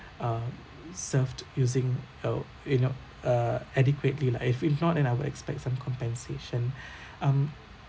uh served using uh you know uh adequately lah if if not then I'll expect some compensation um